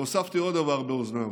והוספתי עוד דבר באוזניו,